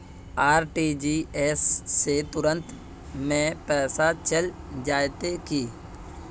RTGS से तुरंत में पैसा चल जयते की?